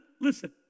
Listen